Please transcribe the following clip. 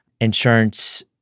insurance